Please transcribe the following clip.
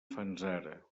fanzara